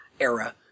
era